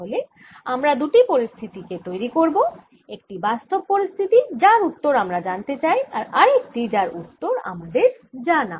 তাহলে আমরা দুটি পরিস্থিতি তৈরি করব একটি বাস্তব পরিস্থিতি যার উত্তর আমরা জানতে চাই আর আরেকটি যার উত্তর আমাদের জানা